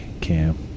Cam